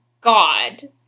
God